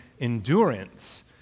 endurance